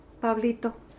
Pablito